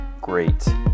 great